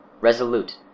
Resolute